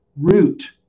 root